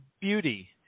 beauty